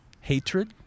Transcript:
hatred